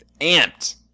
amped